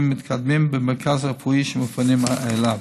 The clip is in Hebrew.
מתקדמים במרכז הרפואי שמפנים אליו.